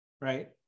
right